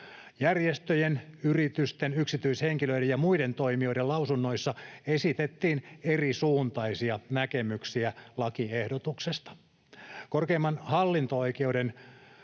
Järjestöjen, yritysten, yksityishenkilöiden ja muiden toimijoiden lausunnoissa esitettiin erisuuntaisia näkemyksiä lakiehdotuksesta. Korkeimman hallinto-oikeuden